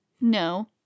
no